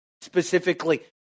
Specifically